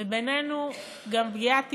ובינינו, גם פגיעה טיפשית,